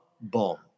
bomb